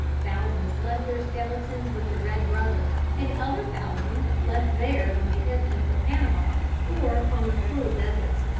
thousands left their skeletons with the red brother, and other thousands left theirs on the isthmus of panama or on the cruel desert.